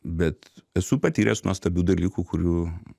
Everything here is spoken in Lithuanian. bet esu patyręs nuostabių dalykų kurių